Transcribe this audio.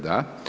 Da.